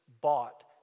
bought